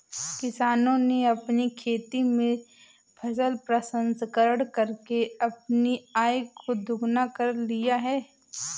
किसानों ने अपनी खेती में फसल प्रसंस्करण करके अपनी आय को दुगना कर लिया है